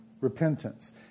repentance